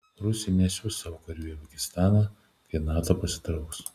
rusija nesiųs savo karių į afganistaną kai nato pasitrauks